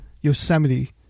Yosemite